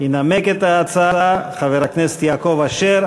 ינמק את ההצעה חבר הכנסת יעקב אשר.